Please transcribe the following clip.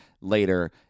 later